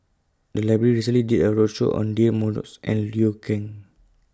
The Library recently did A roadshow on Deirdre Moss and Liu Kang